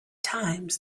times